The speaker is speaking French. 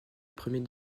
premier